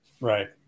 Right